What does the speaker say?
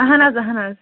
اَہَن حظ اَہَن حظ